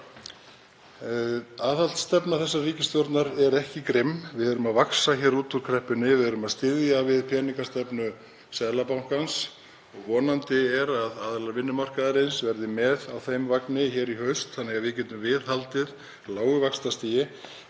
Aðhaldsstefna þessarar ríkisstjórnar er ekki grimm. Við erum að vaxa út úr kreppunni. Við erum að styðja við peningastefnu Seðlabankans og vonandi er að aðilar vinnumarkaðarins verði með á þeim vagni í haust þannig að við getum viðhaldið lágu vaxtastigi.